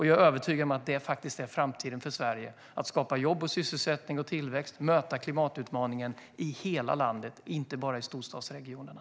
Jag är övertygad om att framtiden för Sverige är att skapa jobb, sysselsättning och tillväxt och att möta klimatutmaningen i hela landet, inte bara i storstadsregionerna.